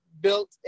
built